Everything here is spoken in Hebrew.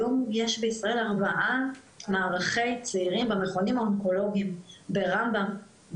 היום יש בישראל ארבעה מערכי צעירים במכונים האונקולוגיים: ברמב"ם,